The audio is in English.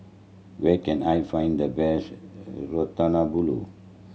where can I find the best Ratatouille